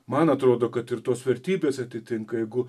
man atrodo kad ir tos vertybės atitinka jeigu